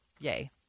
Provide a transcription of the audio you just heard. Yay